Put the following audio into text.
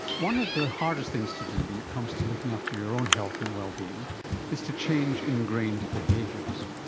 one of the hardest things to do when it comes to looking after your own health and well-being is to change ingrained behaviours.